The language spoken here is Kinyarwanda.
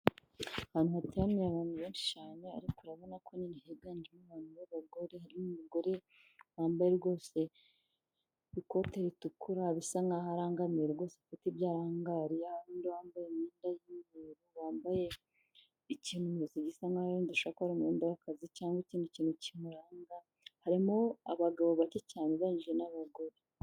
Ahantu hateraniye abantu benshi cyane ariko urabona ko nyine higanjemo umuntu w'abagore n'umugore wambaye rwose ikote ritukura bisa nkaho arangamiye rwose ibyo aranga wambaye ikintuzi gisa nkahoyo gisa nkaho ari umwenda w'akazi cyangwa ikindi kintu kimuranga harimo abagabo bake cyane ugereraniyije n'abagore.